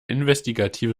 investigative